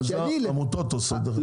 זה העמותות עושות, דרך אגב.